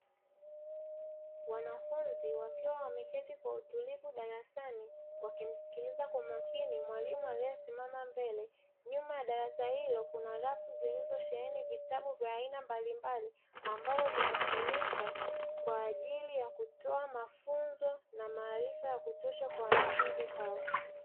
Wanafunzi wakiwa wameketi kwa utulivu darasani wakimsikiliza kwa makini mwalimu aliyesimama mbele. Nyuma ya darasa hilo kuna rafu zilizosheheni vitabu vya aina mbalimbali, ambavyo vinatumika kwa ajili ya kutoa mafunzo na maarifa ya kutosha kwa wanafunzi hao.